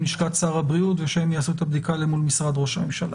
לשכת שר הבריאות ושהם יעשו את הבדיקה מול משרד ראש הממשלה.